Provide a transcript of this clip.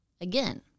Again